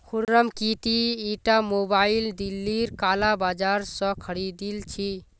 खुर्रम की ती ईटा मोबाइल दिल्लीर काला बाजार स खरीदिल छि